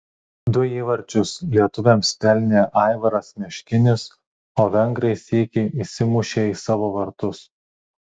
du įvarčius lietuviams pelnė aivaras meškinis o vengrai sykį įsimušė į savo vartus